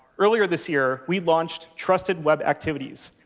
earlier this year, we launched trusted web activities.